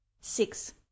six